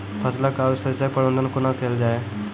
फसलक अवशेषक प्रबंधन कूना केल जाये?